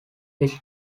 his